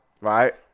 right